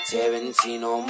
Tarantino